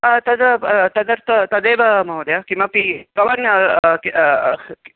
तद् तदद तदेव महोदय किमपि भवान्